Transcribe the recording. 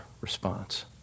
response